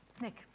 Nick